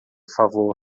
favor